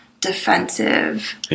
defensive